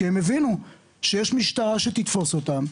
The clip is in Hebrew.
כי הם הבינו שיש משטרה שתתפוס אותם,